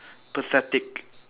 pathetic